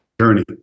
journey